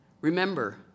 Remember